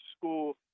school